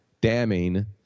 damning